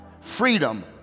freedom